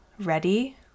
ready